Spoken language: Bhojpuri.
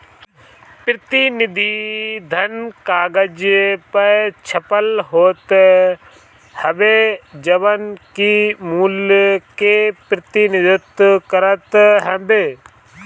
प्रतिनिधि धन कागज पअ छपल होत हवे जवन की मूल्य के प्रतिनिधित्व करत हवे